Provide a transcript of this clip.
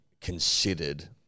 considered